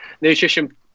Nutrition